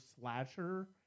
slasher